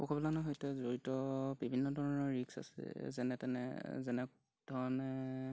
পশুপালনৰ সৈতে জড়িত বিভিন্ন ধৰণৰ ৰিক্স আছে যেনে তেনে যেনে ধৰণে